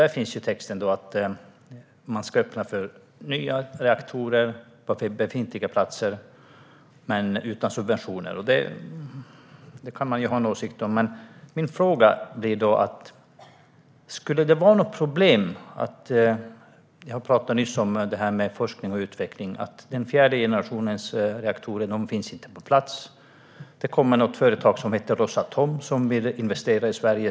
Det handlar om att man ska öppna för nya reaktorer på befintliga platser men utan subventioner. Det kan vi ju ha en åsikt om. Men jag måste fråga en sak. När det gäller forskning och utveckling talade du nyss om att fjärde generationens reaktorer inte finns på plats. Ett företag som heter Rosatom vill investera i Sverige.